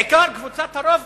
בעיקר קבוצת הרוב